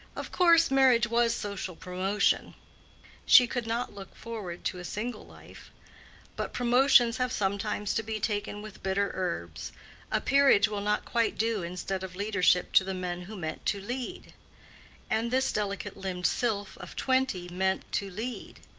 of course marriage was social promotion she could not look forward to a single life but promotions have sometimes to be taken with bitter herbs a peerage will not quite do instead of leadership to the man who meant to lead and this delicate-limbed sylph of twenty meant to lead.